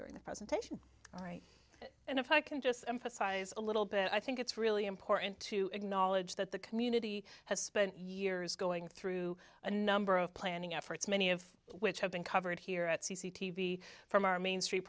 during the presentation all right and if i can just emphasize a little bit i think it's really important to acknowledge that the community has spent years going through a number of planning efforts many of which have been covered here at c c t v from our main street